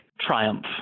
triumph